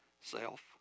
self